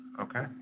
Okay